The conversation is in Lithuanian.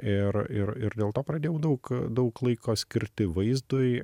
ir ir ir dėl to pradėjau daug daug laiko skirti vaizdui